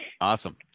Awesome